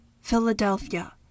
Philadelphia